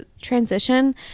transition